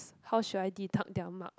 how should I deduct their mark